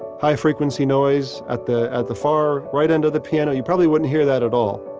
high frequency noise at the at the far right end of the piano, you probably wouldn't hear that at all,